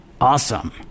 Awesome